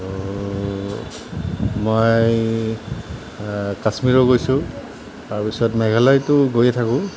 আৰু মই কাশ্মীৰো গৈছোঁ তাৰ পিছত মেঘালয়তো গৈয়ে থাকোঁ